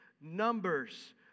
Numbers